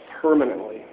permanently